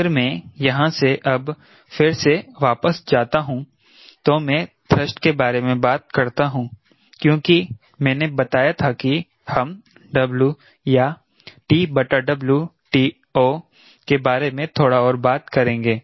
अगर मैं यहां से अब फिर से वापस जाता हूं तो मैं थ्रस्ट के बारे में बात करता हूं क्योंकि मैंने बताया था कि हम W या TO के बारे में थोड़ा और बात करेंगे